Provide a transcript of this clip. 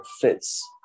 fits